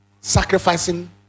sacrificing